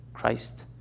Christ